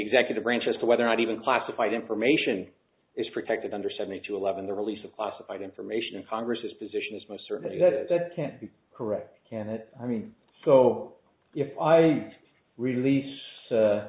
executive branch as to whether or not even classified information is protected under seventy two eleven the release of classified information and congress has position is most certainly can't be correct can it i mean so if i release